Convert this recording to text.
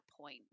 point